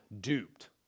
duped